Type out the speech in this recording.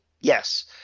Yes